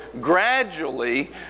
gradually